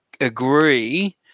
agree